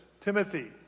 Timothy